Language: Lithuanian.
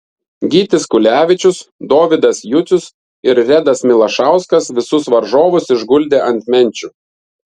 gytis kulevičius dovydas jucius ir redas milašauskas visus varžovus išguldė ant menčių